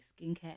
skincare